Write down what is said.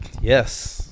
Yes